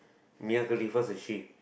near the live fast like she